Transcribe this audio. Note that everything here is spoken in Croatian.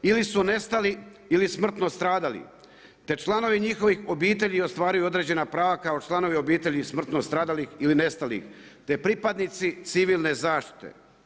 Ili su nestali ili smrtno stradali, te članovi njihovih obitelji ostvaruju određena prava kao članovi obitelji smrtno stradalih ili nestalih, te pripadnici civilne zaštite.